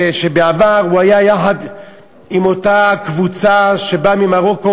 שבעבר הוא היה יחד עם אותה קבוצה שבאה ממרוקו,